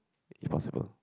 if possible